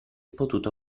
potuto